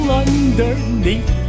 underneath